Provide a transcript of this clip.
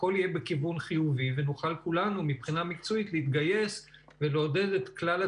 מקפידים מאוד על כל הכללים של מניעת התקהלות,